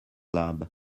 lab